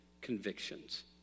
convictions